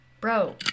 bro